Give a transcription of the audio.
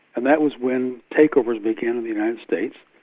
and that was when takeovers began in the united states,